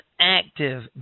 active